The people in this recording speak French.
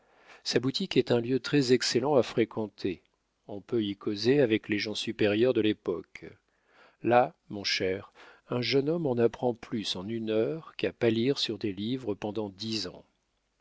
sa boutique est un lieu très excellent à fréquenter on peut y causer avec les gens supérieurs de l'époque là mon cher un jeune homme en apprend plus en une heure qu'à pâlir sur des livres pendant dix ans